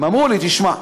הם אמרו לי: תשמע,